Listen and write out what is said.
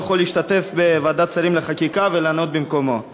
יכול להשתתף בוועדת שרים לחקיקה ולענות במקומו.